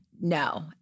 No